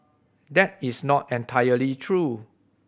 that is not entirely true